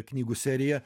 knygų seriją